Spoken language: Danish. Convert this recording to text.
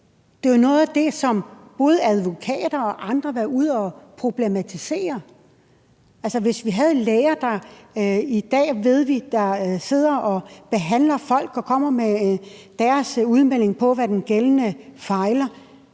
Det er jo noget af det, som både advokater og andre har været ude at problematisere. Altså, vi kunne have de læger, som vi ved i dag sidder og behandler folk, til at komme med deres udmelding om, hvad den pågældende fejler,